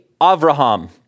Avraham